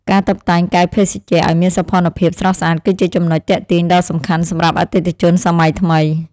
ការតុបតែងកែវភេសជ្ជៈឱ្យមានសោភ័ណភាពស្រស់ស្អាតគឺជាចំណុចទាក់ទាញដ៏សំខាន់សម្រាប់អតិថិជនសម័យថ្មី។